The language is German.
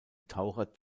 taucher